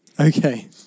Okay